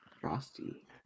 Frosty